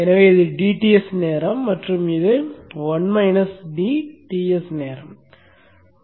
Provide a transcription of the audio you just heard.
எனவே இது dTs நேரம் மற்றும் இது 1 - dTs நேரம்